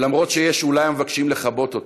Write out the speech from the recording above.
ולמרות שיש אולי המבקשים לכבות אותו,